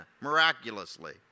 miraculously